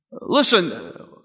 listen